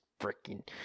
freaking